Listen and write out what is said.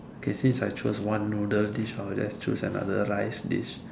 okay since I chose one noodle dish I will choose another rice dish